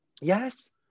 yes